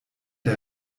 der